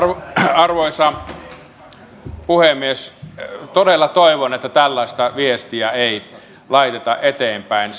arvoisa puhemies todella toivon että tällaista viestiä ei laiteta eteenpäin